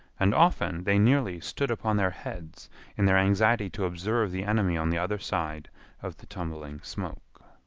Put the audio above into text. and often they nearly stood upon their heads in their anxiety to observe the enemy on the other side of the tumbling smoke.